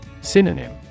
Synonym